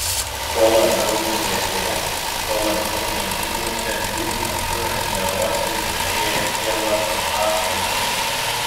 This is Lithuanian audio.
kuo labiau rudenėja tuo labiau bedugniuose jų akių ežeruose tirštėja sielvarto atspalvis